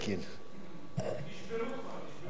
נשברו כבר.